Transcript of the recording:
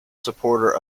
supporter